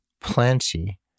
plenty